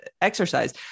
exercise